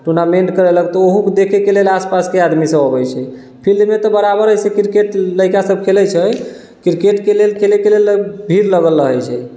tournament करेलक तऽ ओहो देखैके लेल आसपासके आदमीसब अबै छै फील्डमे तऽ बड़ा किरकेट लइका सब खेलै छै किरकेटके लेल खेलैके लेल भीड़ लगल रहै छै